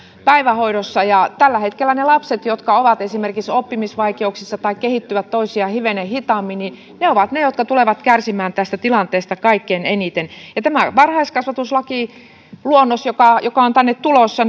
päivähoidossa tällä hetkellä ne lapset jotka ovat esimerkiksi oppimisvaikeuksissa tai kehittyvät toisia hivenen hitaammin ovat niitä jotka tulevat kärsimään tästä tilanteesta kaikkein eniten on pelättävissä että tämä varhaiskasvatuslakiluonnos joka on tänne tulossa